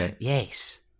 Yes